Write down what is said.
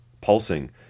pulsing